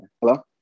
Hello